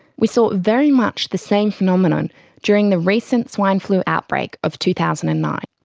we saw very much the same phenomenon during the recent swine flu outbreak of two thousand and nine.